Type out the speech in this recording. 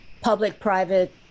public-private